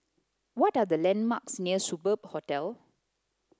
what are the landmarks near Superb Hotel